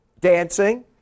dancing